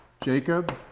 Jacob